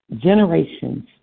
generations